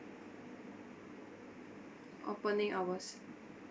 opening hours